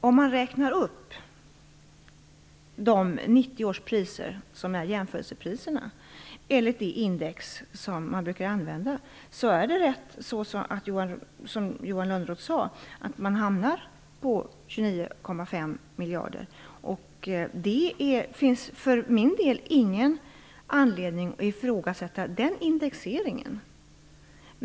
Om man räknar upp de 90 års priser som är jämförelsepriser enligt det index som man brukar använda är det som Johan Lönnroth sade rätt. Man hamnar på 29,5 miljarder. Jag har för min del ingen anledning att ifrågasätta den indexeringen.